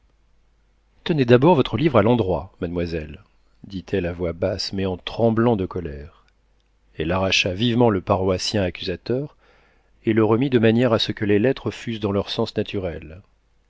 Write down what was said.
tenez d'abord votre livre à l'endroit mademoiselle dit-elle à voix basse mais en tremblant de colère elle arracha vivement le paroissien accusateur et le remit de manière à ce que les lettres fussent dans leur sens naturel